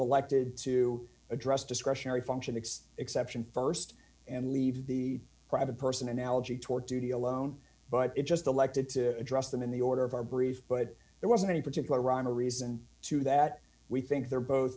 elected to address discretionary function x exception st and leave the private person analogy tort duty alone but it just elected to address them in the order of our brief but there wasn't any particular rhyme or reason to that we think they're both